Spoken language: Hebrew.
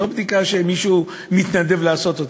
לא בדיקה שמישהו מתנדב לעשות.